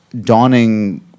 dawning